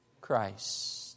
Christ